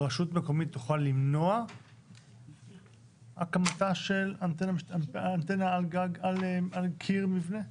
רשות מקומית תוכל למנוע הקמתה של אנטנה על קיר מבנה?